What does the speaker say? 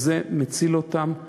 וזה מציל אותם ממש.